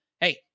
hey